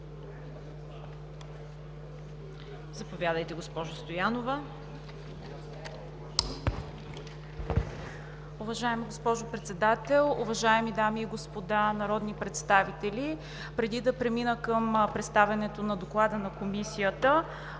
Заповядайте, госпожо Стоянова.